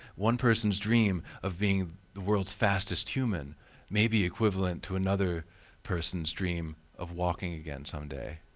one person's dream of being the world's fastest human may be equivalent to another person's dream of walking again some day.